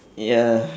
ya